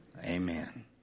Amen